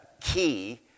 key